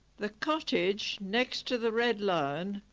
the cottage next to the red lion,